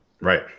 Right